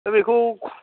दा बेखौ